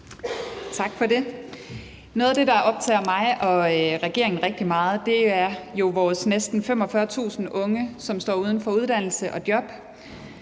Tak for det. Noget af det, der optager mig og regeringen rigtig meget, er jo vores næsten 45.000 unge, som står uden for uddannelse og job.